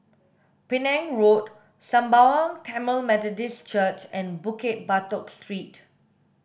Penang Road Sembawang Tamil Methodist Church and Bukit Batok Street